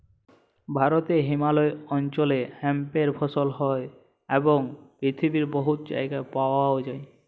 ভারতে হিমালয় অল্চলে হেম্পের ফসল হ্যয় এবং পিথিবীর বহুত জায়গায় পাউয়া যায়